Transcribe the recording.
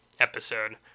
episode